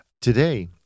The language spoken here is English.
today